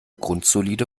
grundsolide